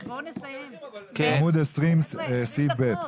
עמוד 20. סעיף (ב).